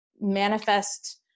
manifest